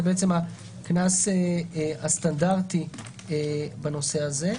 זה בעצם הקנס הסטנדרטי בנושא הזה.